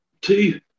two